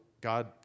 God